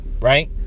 right